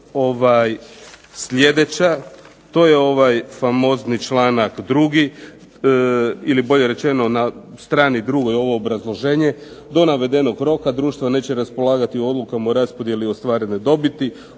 sljedeća, to je ovaj famozni čl. 2. ili bolje rečeno na str. 2. ovo obrazloženje, "do navedenog roka društva neće raspolagati odlukom o raspodjeli ostvarene dobiti.